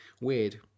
Weird